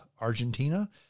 Argentina